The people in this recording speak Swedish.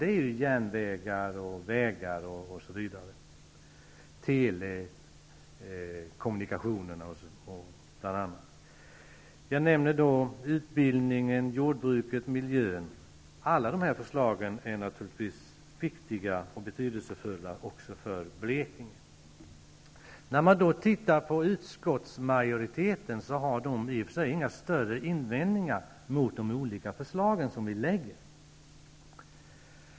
Det gäller järnvägar, vägar, telekommunikationer, osv. Jag nämner utbildningen, jordbruket och miljön. Alla dessa förslag är naturligtvis viktiga och betydelsefulla även för Blekinge. Utskottsmajoriteten har i och för sig inte några större invändningar mot de olika förslagen.